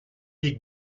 pic